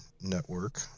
network